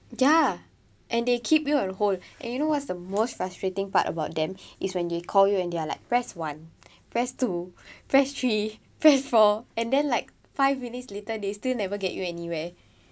ya and they keep you on hold and you know what's the most frustrating part about them is when they call you and they are like press one press two press three press four and then like five minutes later they still never get you anywhere